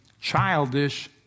childish